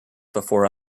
before